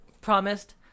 promised